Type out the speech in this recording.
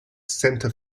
centre